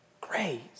grace